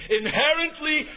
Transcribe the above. inherently